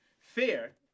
Fear